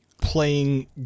playing